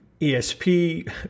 ESP